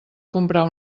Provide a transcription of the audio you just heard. comprar